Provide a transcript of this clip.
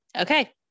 Okay